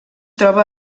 troba